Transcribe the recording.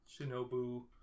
Shinobu